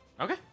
Okay